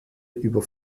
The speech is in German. über